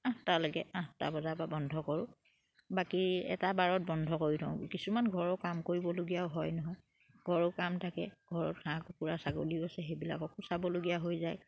আঠটালৈকে আঠটা বজাৰ পৰা বন্ধ কৰোঁ বাকী এটা বাৰত বন্ধ কৰি থওঁ কিছুমান ঘৰৰ কাম কৰিবলগীয়াও হয় নহয় ঘৰৰ কাম থাকে ঘৰত হাঁহ কুকুৰা ছাগলী আছে সেইবিলাককো চাবলগীয়া হৈ যায়